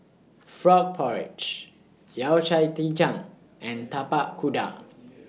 Frog Porridge Yao Cai Ji Tang and Tapak Kuda